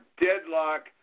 deadlock